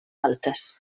altes